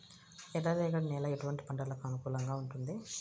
ఎర్ర రేగడి నేల ఎటువంటి పంటలకు అనుకూలంగా ఉంటుంది?